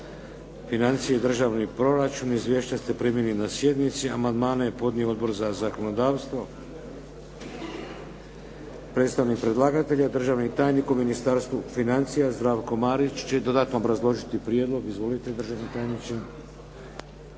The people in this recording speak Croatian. financije i državni proračun. Izvješća ste primili na sjednici. Amandmane je podnio Odbor za zakonodavstvo. Predstavnik predlagatelja državni tajnik u Ministarstvu financija Zdravko Marić će dodatno obrazložiti prijedlog. Izvolite državni tajniče.